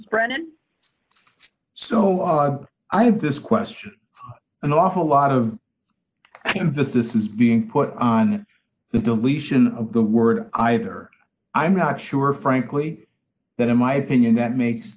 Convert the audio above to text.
so i have this question an awful lot of emphasis is being put on the deletion of the word either i'm not sure frankly that in my opinion that makes